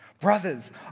Brothers